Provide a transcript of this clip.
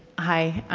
hi,